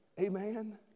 Amen